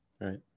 right